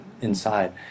inside